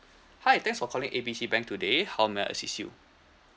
hi thanks for calling A B C bank today how may I assist you